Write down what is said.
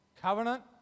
Covenant